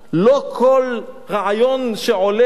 לא כל רעיון שעולה,